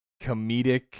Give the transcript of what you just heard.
comedic